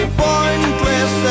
pointless